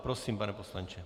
Prosím, pane poslanče.